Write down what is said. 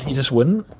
just wouldn't.